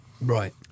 right